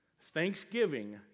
Thanksgiving